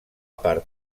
part